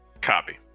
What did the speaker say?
Copy